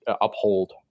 uphold